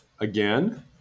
again